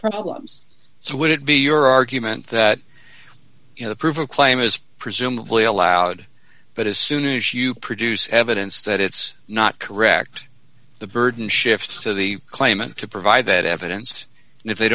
problems so would it be your argument that you have prove a claim is presumably allowed but as soon as you produce evidence that it's not correct the burden shifts to the claimant to provide that evidence and if they